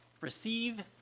Receive